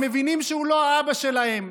הם מבינים שהוא לא אבא שלהם,